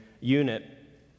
unit